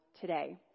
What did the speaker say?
today